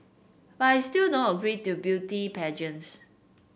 but I still don't agree to beauty pageants